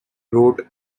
wrote